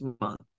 Month